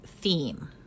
theme